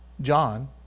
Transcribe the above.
John